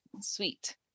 sweet